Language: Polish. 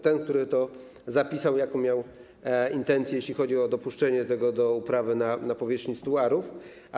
Ten, który to zapisał - jaką miał intencję, jeśli chodzi o dopuszczenie tego do uprawy na powierzchni 100 a?